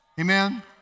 Amen